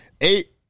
Eight